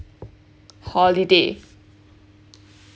holiday